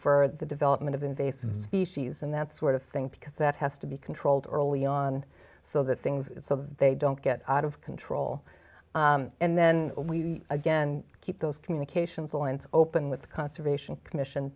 for the development of in species and that sort of thing because that has to be controlled early on so that things they don't get out of control and then we again keep those communications lines open with the conservation commission